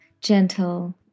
gentle